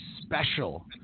special